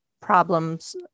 problems